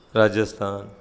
Rajasthan